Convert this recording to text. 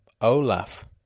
Olaf